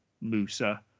Musa